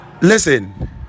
listen